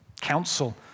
council